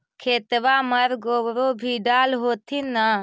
खेतबा मर गोबरो भी डाल होथिन न?